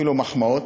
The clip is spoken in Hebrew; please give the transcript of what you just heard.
אפילו מחמאות,